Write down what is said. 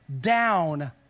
down